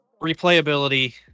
Replayability